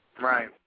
Right